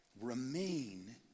remain